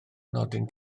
nodyn